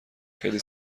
خیلی